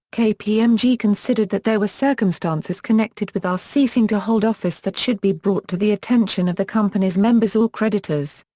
kpmg um considered that there were circumstances connected with our ceasing to hold office that should be brought to the attention of the company's members or creditors.